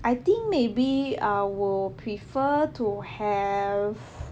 I think maybe I will prefer to have